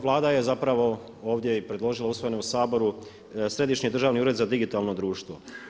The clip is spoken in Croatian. Vlada je zapravo ovdje predložila, usvojena je u Saboru Središnji državni ured za digitalno društvo.